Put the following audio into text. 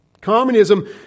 Communism